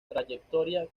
trayectoria